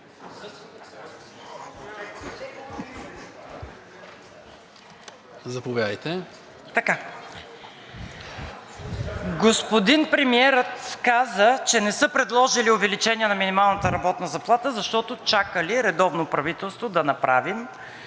за България): Господин премиерът каза, че не са предложили увеличение на минималната работна заплата, защото чакали редовно правителство да я направи